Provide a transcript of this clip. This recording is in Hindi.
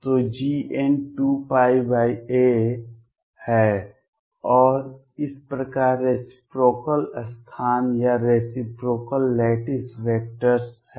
तो Gn 2πa है और इस प्रकार रेसिप्रोकाल स्थान या रेसिप्रोकाल लैटिस वेक्टर्स है